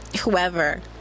Whoever